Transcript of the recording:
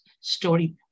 story